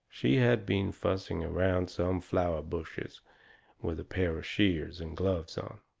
she had been fussing around some flower bushes with a pair of shears and gloves on.